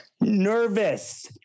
nervous